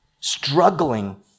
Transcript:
struggling